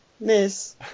Miss